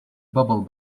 bubble